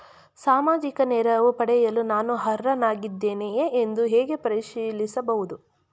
ಸಾಮಾಜಿಕ ನೆರವು ಪಡೆಯಲು ನಾನು ಅರ್ಹನಾಗಿದ್ದೇನೆಯೇ ಎಂದು ಹೇಗೆ ಪರಿಶೀಲಿಸಬಹುದು?